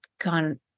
gone